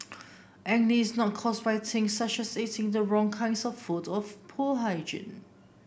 acne is not caused by things such as eating the wrong kinds of food or poor hygiene